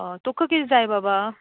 तुका कितें जाय बाबा